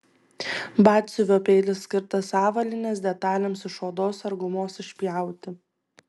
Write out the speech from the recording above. batsiuvio peilis skirtas avalynės detalėms iš odos ar gumos išpjauti